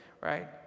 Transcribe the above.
right